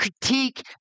critique